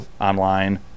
online